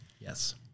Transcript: Yes